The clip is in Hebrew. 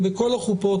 ובכל החופות,